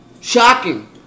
shocking